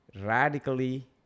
radically